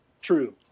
True